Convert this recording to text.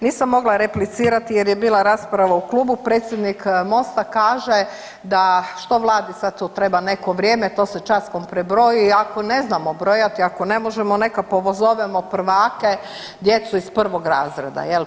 Nisam mogla replicirati jer je bila rasprava o klubu, predsjednik MOST-a kaže da što vladi sad tu treba neko vrijeme, to se časkom prebroji i ako ne znamo brojati, ako ne možemo neka pozovemo prvake djecu iz prvog razreda jel.